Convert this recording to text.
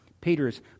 Peter's